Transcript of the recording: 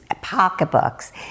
pocketbooks